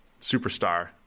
superstar